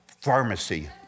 pharmacy